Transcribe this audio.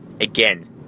again